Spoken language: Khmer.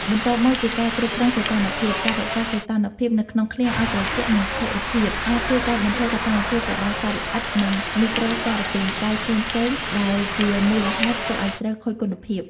បន្ទាប់មកជាការគ្រប់គ្រងសីតុណ្ហភាព ការរក្សាសីតុណ្ហភាពនៅក្នុងឃ្លាំងឲ្យត្រជាក់ និងស្ថិរភាព អាចជួយកាត់បន្ថយសកម្មភាពរបស់សត្វល្អិត និងមីក្រូសារពាង្គកាយផ្សេងៗ ដែលជាមូលហេតុធ្វើឲ្យស្រូវខូចគុណភាព។